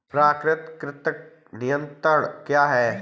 प्राकृतिक कृंतक नियंत्रण क्या है?